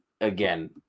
again